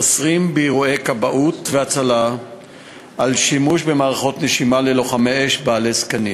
אוסרים באירועי כבאות והצלה שימוש של לוחמי אש בעלי זקנים